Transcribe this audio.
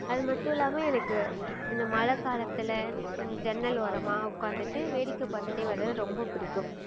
அது மட்டும் இல்லாமல் எனக்கு இந்த மழை காலத்தில் ஜன்னல் ஓரமாக உட்காந்துட்டு வேடிக்கை பார்த்துட்டே வரது ரொம்ப பிடிக்கும்